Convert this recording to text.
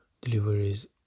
deliveries